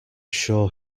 sure